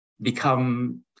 become